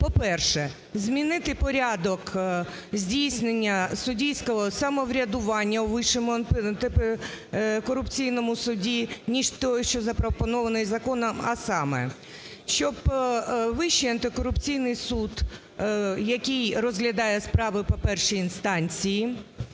по-перше, змінити порядок здійснення суддівського самоврядування у Вищому антикорупційному суді, ніж той, що запропонований законом. А саме, щоб Вищий антикорупційний суд, який розглядає справи по першій інстанції,